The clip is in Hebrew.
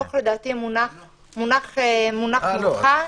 לדעתי, הדוח מונח מולך.